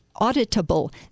auditable